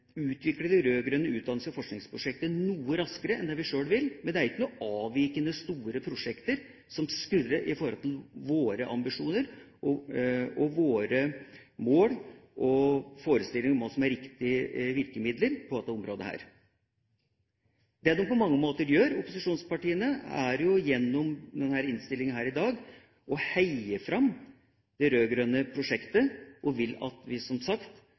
utvikle det rød-grønne utdannelses- og forskningsprosjektet noe raskere enn det vi sjøl vil, men det er ikke avvikende store prosjekter som skurrer i forhold til våre ambisjoner, våre mål og forestillinger om hva som er riktige virkemidler på dette området. Det opposisjonspartia på mange måter gjør, er, gjennom innstillinga her i dag, å heie fram det rød-grønne prosjektet, og de vil, som sagt, at vi